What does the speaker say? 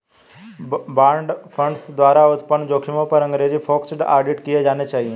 बाड़ा फंड्स द्वारा उत्पन्न जोखिमों पर अंग्रेजी फोकस्ड ऑडिट किए जाने चाहिए